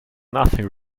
nothing